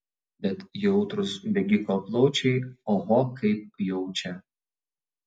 bet jautrūs bėgiko plaučiai oho kaip jaučia